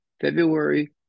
February